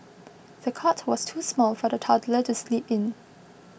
the cot was too small for the toddler to sleep in